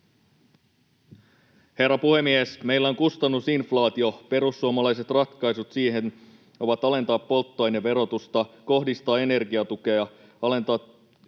Herra puhemies! Meillä on kustannusinflaatio. Perussuomalaiset ratkaisut siihen ovat alentaa polttoaineverotusta, kohdistaa energiatukea, alentaa